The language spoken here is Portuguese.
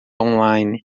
online